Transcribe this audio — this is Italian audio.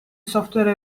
software